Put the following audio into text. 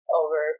over